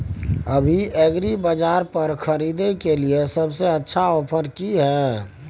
अभी एग्रीबाजार पर खरीदय के लिये सबसे अच्छा ऑफर की हय?